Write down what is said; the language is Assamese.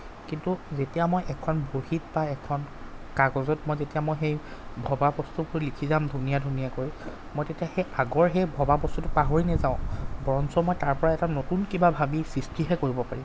কিন্তু যেতিয়া মই এখন বহীত বা এখন কাগজত মই যেতিয়া মই সেই ভবা বস্তুবোৰ লিখি যাম ধুনীয়া ধুনীয়াকৈ মই তেতিয়া সেই আগৰ সেই ভবা বস্তুটো পাহৰি নেযাওঁ বৰঞ্চ মই তাৰপৰাই এটা নতুন কিবা ভাবি সৃষ্টিহে কৰিব পাৰি